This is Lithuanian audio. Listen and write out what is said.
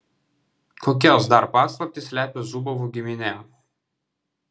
kokias dar paslaptis slepia zubovų giminė